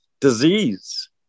disease